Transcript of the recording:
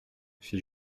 fit